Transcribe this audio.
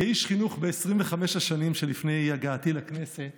כאיש חינוך ב-25 השנים שלפני הגעתי לכנסת